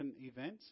event